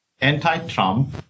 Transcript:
anti-Trump